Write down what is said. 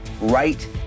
right